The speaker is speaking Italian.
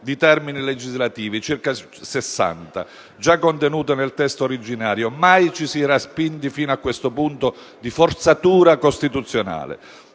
di termini legislativi (circa 60), già contenuta nel testo originario. Mai ci si era spinti fino a questo punto di forzatura costituzionale: